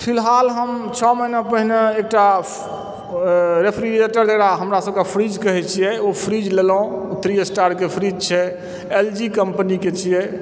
फिलहाल हम छओ महिना पहिने एकटा रेफ्रिजरेटर जकरा हमरा सबके फ्रीज कहै छियै ओ फ्रीज लेलहुॅं थ्री स्टार के फ्रीज छै एल जी कम्पनी के छियै